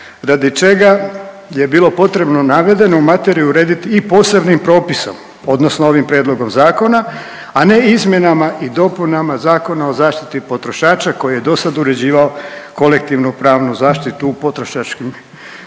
radi čega je bilo potrebno navedenu materiju uredit i posebnim propisom odnosno ovim prijedlogom zakona, a ne izmjenama i dopunama Zakona o zaštiti potrošača koji je dosad uređivao kolektivnu pravnu zaštitu u potrošačkim pitanjima.